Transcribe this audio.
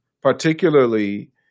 particularly